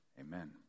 Amen